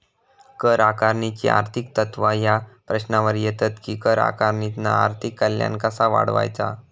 कर आकारणीची आर्थिक तत्त्वा ह्या प्रश्नावर येतत कि कर आकारणीतना आर्थिक कल्याण कसा वाढवायचा?